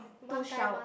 two shower